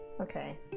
Okay